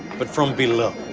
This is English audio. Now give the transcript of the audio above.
but from below.